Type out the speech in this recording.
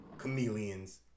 Chameleon's